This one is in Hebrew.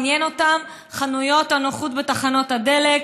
עניין אותם חנויות הנוחות בתחנות הדלק,